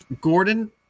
Gordon